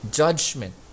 judgment